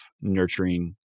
nurturing